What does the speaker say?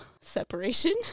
separation